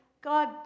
God